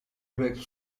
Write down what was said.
werkt